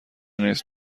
نیس